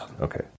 Okay